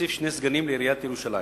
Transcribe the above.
להוסיף שני סגנים לעיריית ירושלים.